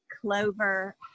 clover